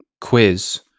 Quiz